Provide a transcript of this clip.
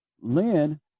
Lynn